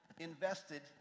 invested